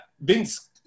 Vince